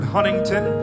Huntington